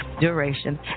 duration